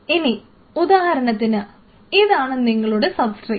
ഇനി ഉദാഹരണത്തിന് ഇതാണ് നിങ്ങളുടെ സബ്സ്ട്രേറ്റ്